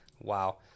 Wow